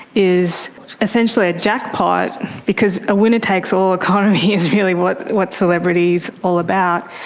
is essentially a jackpot because a winner-takes-all economy is really what what celebrity is all about,